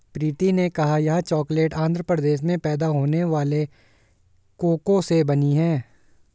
प्रीति ने कहा यह चॉकलेट आंध्र प्रदेश में पैदा होने वाले कोको से बनी है